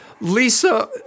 Lisa